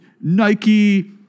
Nike